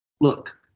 look